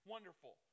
Wonderful